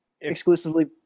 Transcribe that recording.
exclusively